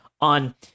on